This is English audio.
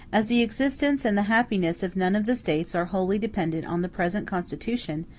as the existence and the happiness of none of the states are wholly dependent on the present constitution,